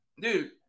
dude